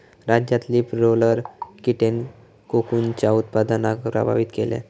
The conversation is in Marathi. राज्यात लीफ रोलर कीटेन कोकूनच्या उत्पादनाक प्रभावित केल्यान